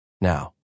now